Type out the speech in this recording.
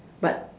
but